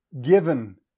given